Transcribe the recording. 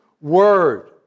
word